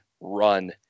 run